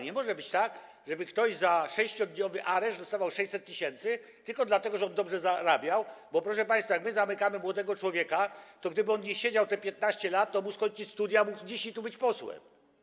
Nie może być tak, żeby ktoś za 6-dniowy areszt dostawał 600 tys. tylko dlatego, że dobrze zarabiał, bo proszę państwa, jak zamykamy młodego człowieka, to on, gdyby nie siedział te 15 lat, mógłby skończyć studia i mógłby tu być posłem.